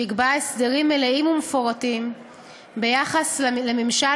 שיקבע הסדרים מלאים ומפורטים ביחס לממשל